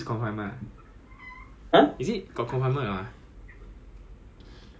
orh 我懂 jacob 的 brother jacob 的 brother 是是警察 ya ya